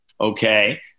Okay